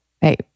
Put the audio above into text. Hey